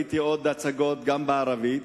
וראיתי עוד הצגות, גם בערבית.